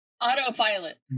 Autopilot